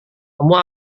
kamu